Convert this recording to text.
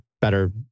better